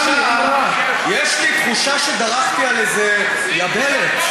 יש לי תחושה שדרכתי על איזו יבלת.